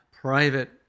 private